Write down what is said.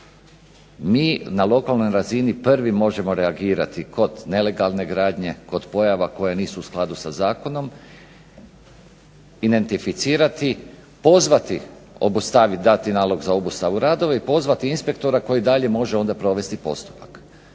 Mi na lokalnoj razini prvi možemo reagirati kod nelegalne gradnje kod pojava koje nisu u skladu sa zakonom, identificirati, pozvati, dati nalog za obustavu radova i pozvati inspektora koji dalje može provesti postupak.